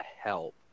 help